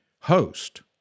host